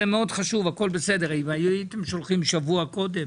זה מאוד חשוב אם הייתם שולחים שבוע קודם